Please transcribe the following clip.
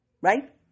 Right